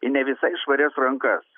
ne visai švarias rankas